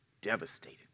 devastated